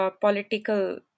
political